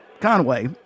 Conway